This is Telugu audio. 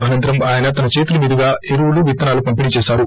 అనంతరం ఆయన చేతుల మీదుగా ఎరువులు విత్తనాలు పంపిణీ చేశారు